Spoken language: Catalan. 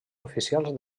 oficials